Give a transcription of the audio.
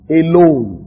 alone